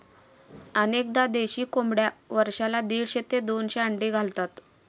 अनेकदा देशी कोंबड्या वर्षाला दीडशे ते दोनशे अंडी घालतात